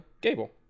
Gable